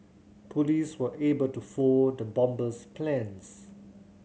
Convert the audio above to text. police were able to foil the bomber's plans